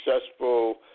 successful